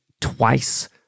twice